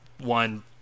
one